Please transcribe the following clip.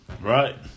Right